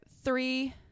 three